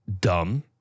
dumb